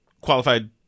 qualified